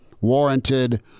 warranted